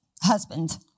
husband